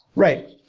right.